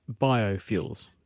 biofuels